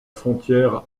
frontière